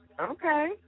Okay